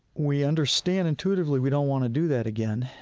we understand, intuitively, we don't want to do that again.